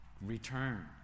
return